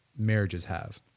marriages have?